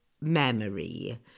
memory